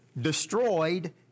Destroyed